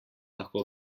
lahko